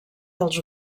dels